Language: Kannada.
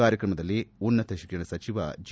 ಕಾರ್ಯಕ್ರಮದಲ್ಲಿ ಉನ್ನತ ಶಿಕ್ಷಣ ಸಚಿವ ಜಿ